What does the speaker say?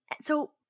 So-